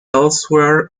elsewhere